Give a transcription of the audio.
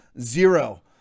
Zero